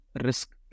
risk